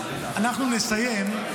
אנחנו נסיים,